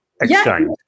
exchange